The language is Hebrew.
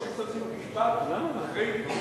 פשוט להוסיף משפט אחרי המתנגדים.